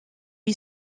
lui